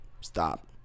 Stop